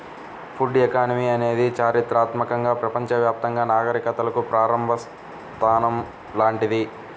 would economy అనేది చారిత్రాత్మకంగా ప్రపంచవ్యాప్తంగా నాగరికతలకు ప్రారంభ స్థానం లాంటిది